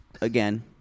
again